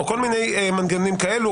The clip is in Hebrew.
או כל מיני מנגנונים כאלה,